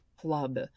club